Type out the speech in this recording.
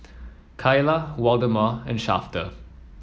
Kaila Waldemar and Shafter